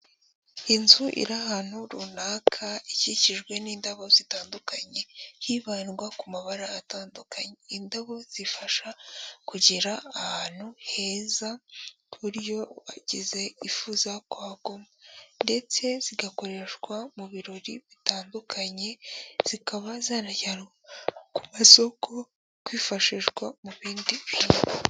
Inzu iri ahantu runaka ikikijwe n'indabo zitandukanye, hibandwa ku mabara atandukanye, indabo zifasha kugera ahantu heza ku buryo uhageze yifuza kuhaguma ndetse zigakoreshwa mu birori bitandukanye zikaba, zanajyanwa ku masoko kwifashishwa mu bindi bintu.